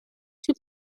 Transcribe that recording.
two